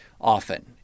often